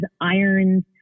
irons